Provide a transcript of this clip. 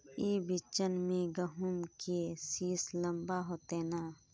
ई बिचन में गहुम के सीस लम्बा होते नय?